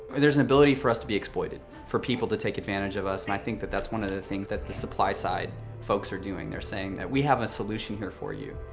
there's an ability for us to be exploited. for people to take advantage of us. and i think that that's one of the things that the supply side folks are doing. they're saying that we have a solution here for you.